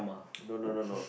no no no no